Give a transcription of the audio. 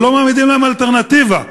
ולא מעמידים להם אלטרנטיבה.